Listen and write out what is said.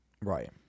Right